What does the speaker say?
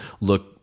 look